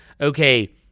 okay